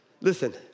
Listen